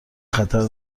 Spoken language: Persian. خطر